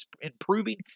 improving